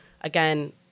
again